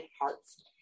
hearts